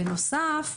בנוסף --- אגב,